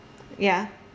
ya